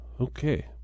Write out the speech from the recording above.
okay